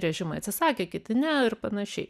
režimai atsisakė kiti ne ir panašiai